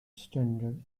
standard